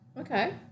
Okay